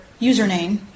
username